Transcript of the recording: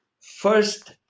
first